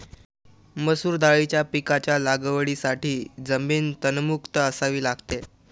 मसूर दाळीच्या पिकाच्या लागवडीसाठी जमीन तणमुक्त असावी लागते